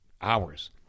hours